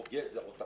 או גזר או,